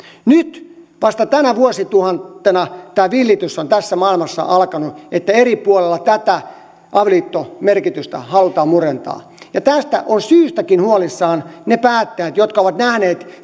nyt vasta tänä vuosituhantena tämä villitys on maailmassa alkanut että eri puolilla tätä avioliiton merkitystä halutaan murentaa ja tästä ovat syystäkin huolissaan ne päättäjät jotka ovat nähneet